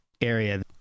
area